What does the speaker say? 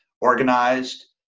organized